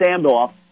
standoff